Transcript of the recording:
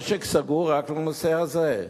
משק סגור רק לנושא הזה.